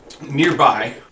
nearby